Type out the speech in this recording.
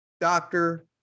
Doctor